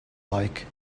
like